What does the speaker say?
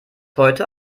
heute